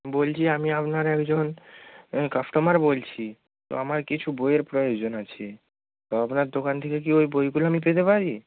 বলছি আমি আপনার একজন কাস্টমার বলছি তো আমার কিছু বইয়ের প্রয়োজন আছে তো আপনার দোকান থেকে কি ওই বইগুলো আমি পেতে পারি